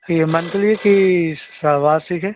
फ़ी यह मंथली कि सा वार्षिक है